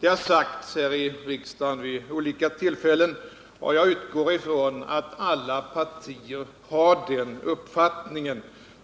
Det har sagts här i riksdagen vid olika tillfällen, och jag utgår ifrån att alla partier har den uppfattningen.